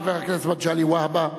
חבר הכנסת מגלי והבה,